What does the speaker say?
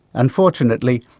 unfortunately,